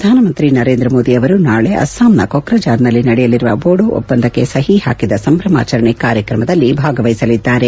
ಪ್ರಧಾನಮಂತ್ರಿ ನರೇಂದ್ರ ಮೋದಿ ಅವರು ನಾಳೆ ಅಸ್ಸಾಂನ ಕೊಕ್ರಜಾರ್ನಲ್ಲಿ ನಡೆಯಲಿರುವ ಬೋಡೋ ಒಪ್ಪಂದಕ್ಕೆ ಸಹಿ ಹಾಕಿದ ಸಂಭ್ರಮಾಚರಣೆ ಕಾರ್ಯಕ್ರಮದಲ್ಲಿ ಭಾಗವಹಿಸಲಿದ್ದಾರೆ